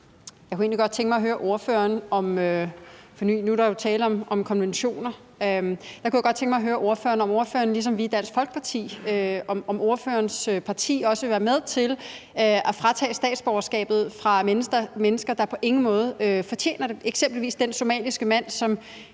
der kunne jeg godt tænke mig at høre ordføreren, om ordførerens parti også, ligesom vi i Dansk Folkeparti, vil være med til at fratage statsborgerskabet fra mennesker, der på ingen måde fortjener det, eksempelvis den somaliske mand, som